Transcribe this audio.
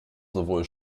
sowohl